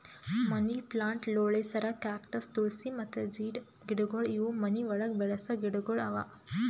ಮನಿ plant, ಲೋಳೆಸರ, cactus, ತುಳ್ಸಿ ಮತ್ತ ಜೀಡ್ ಗಿಡಗೊಳ್ ಇವು ಮನಿ ಒಳಗ್ ಬೆಳಸ ಗಿಡಗೊಳ್ ಅವಾ